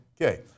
Okay